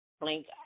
blink